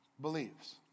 believes